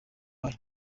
bayo